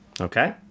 Okay